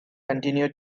continue